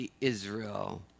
Israel